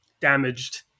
damaged